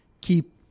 keep